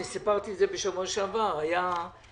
אנחנו מתחילים עם תקציב משרד מבקר המדינה.